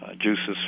juices